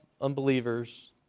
unbelievers